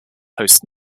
host